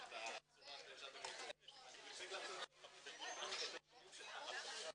אנחנו פותחים באיחור כי הישיבה